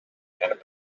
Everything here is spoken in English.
and